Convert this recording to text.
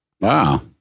Wow